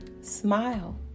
Smile